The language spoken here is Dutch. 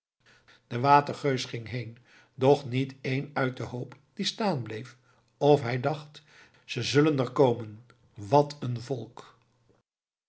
de watergeus ging heen doch niet één uit den hoop die staan bleef of hij dacht ze zullen er komen wat een volk